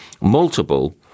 multiple